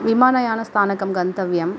विमानयानस्थानकं गन्तव्यं